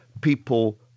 people